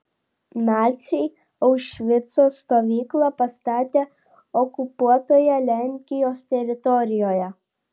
naciai aušvico stovyklą pastatė okupuotoje lenkijos teritorijoje